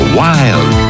wild